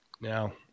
now